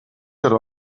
could